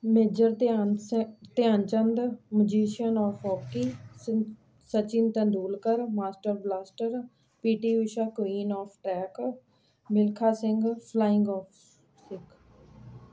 major Dhyan ਸ Dhyan Chand magician of hockey ਸ Sachin Tendulkar master blaster P T Usha queen of track Milkha Singh flying of Sikh